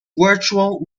virtual